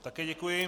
Také děkuji.